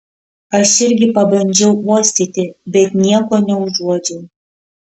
aš irgi pabandžiau uostyti bet nieko neužuodžiau